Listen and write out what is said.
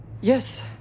Yes